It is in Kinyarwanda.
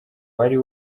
wari